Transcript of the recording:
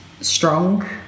strong